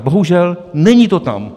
Bohužel, není to tam.